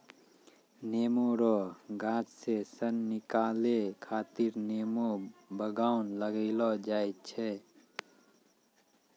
नेमो रो गाछ से सन निकालै खातीर नेमो बगान लगैलो जाय छै